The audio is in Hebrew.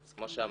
אז כמו שאמרתי,